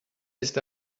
ist